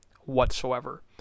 whatsoever